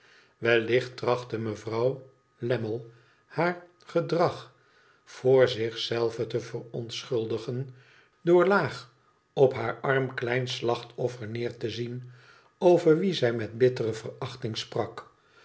wellicht trachtte mevrouw lammie haar gedrag voor zich zelve te verontschuldigen door laag op haar arm klem slachtoffer neer te zien over wie zij met bittere verachting sprak